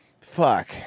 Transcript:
Fuck